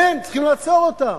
כן, צריכים לעצור אותם.